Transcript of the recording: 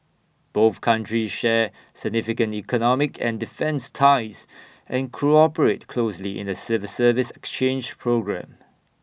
both countries share significant economic and defence ties and cooperate closely in A civil service exchange programme